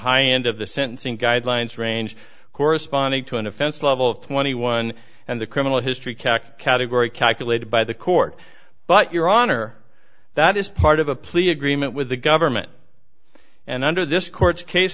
high end of the sentencing guidelines range corresponding to an offense level of twenty one and the criminal history cack category calculated by the court but your honor that is part of a plea agreement with the government and under this court's case